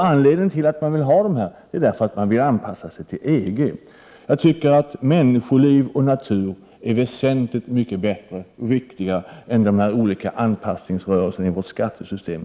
Anledningen till att man vill genomföra dessa förslag är att man vill anpassa bestämmelserna i Sverige till dem som finns inom EG. Människoliv och natur är väsentligt mycket viktigare än dessa olika anpassningar av vårt skattesystem.